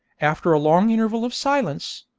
after a long interval of silence,